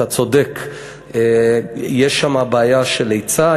אתה צודק, יש שם בעיה של היצע.